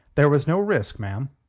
there was no risk, ma'am.